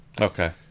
Okay